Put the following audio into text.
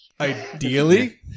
Ideally